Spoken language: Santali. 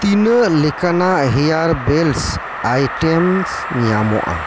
ᱛᱤᱱᱟᱹᱜ ᱞᱮᱠᱟᱱᱟᱜ ᱦᱮᱭᱟᱨ ᱵᱮᱞᱥ ᱟᱭᱴᱮᱢᱥ ᱧᱟᱢᱚᱜᱼᱟ